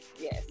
Yes